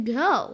go